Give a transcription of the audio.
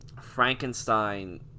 Frankenstein